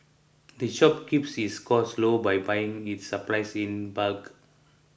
the shop keeps its costs low by buying its supplies in bulk